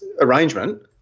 arrangement